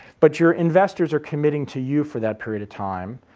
but your investors are committing to you for that period of time.